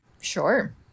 Sure